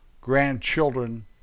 grandchildren